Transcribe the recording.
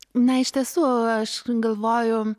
na iš tiesų aš galvoju